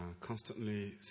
constantly